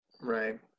Right